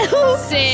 Six